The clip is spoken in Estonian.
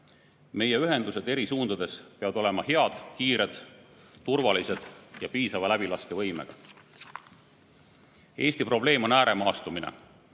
Meie ühendused eri suundades peavad olema head, kiired, turvalised ja piisava läbilaskevõimega. Eesti probleem on ääremaastumine.